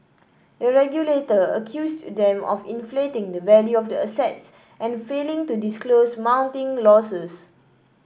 the regulator accused them of inflating the value of the assets and failing to disclose mounting losses